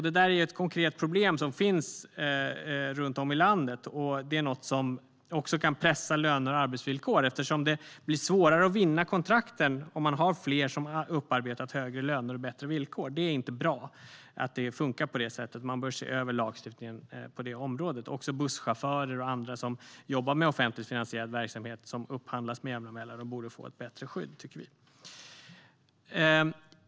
Detta är ett konkret problem som finns runt om i landet. Det är något som också kan pressa löner och arbetsvillkor, eftersom det blir svårare att vinna kontrakten om man har fler som har upparbetat högre löner och bättre villkor. Det är inte bra att det funkar på det sättet. Man bör se över lagstiftningen på detta område. Också busschaufförer och andra som jobbar med offentligt finansierad verksamhet som upphandlas med jämna mellanrum borde få ett bättre skydd, tycker vi.